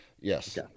Yes